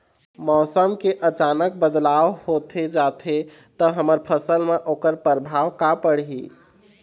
मौसम के अचानक बदलाव होथे जाथे ता हमर फसल मा ओकर परभाव का पढ़ी?